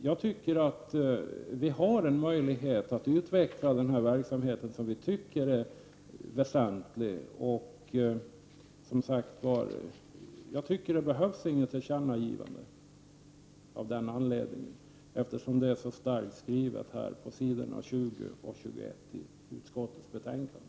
Jag tycker att vi har en möjlighet att utveckla denna verksamhet, som vi anser vara väsentlig. Jag tycker inte att det behövs något tillkännagivande av den anledningen, eftersom det står så starkt skrivet på s. 20 och 21 i utskottets betänkande.